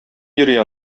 йөри